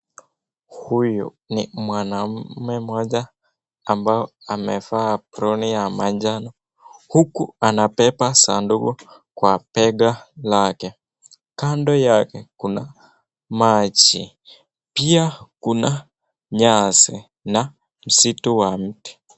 Huyu ni mwanaume mmoja ambaye amevaa aproni ya manjano, huku anabeba sanduku kwa bega lake. Kando yake kuna maji pia kuna nyasi na msitu wa miti.